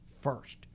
first